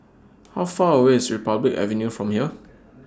How Far away IS Republic Avenue from here